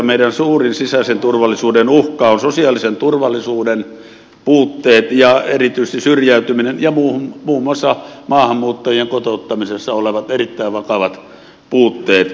meidän suurin sisäisen turvallisuuden uhkamme on sosiaalisen turvallisuuden puutteet ja erityisesti syrjäytyminen ja muun muassa maahanmuuttajien kotouttamisessa olevat erittäin vakavat puutteet